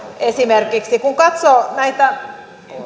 esimerkiksi kun katsoo näitä